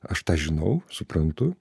aš tą žinau suprantu